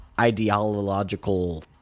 ideological